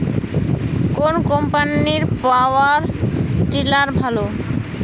কোন কম্পানির power tiller ভালো?